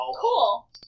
Cool